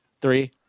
three